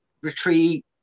retreat